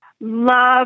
Love